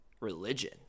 religion